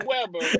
Weber